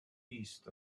east